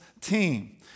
team